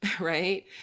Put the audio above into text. right